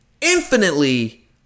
infinitely